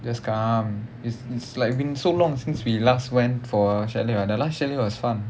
just come it's it's like been so long since we last went for a chalet like that last chalet was fun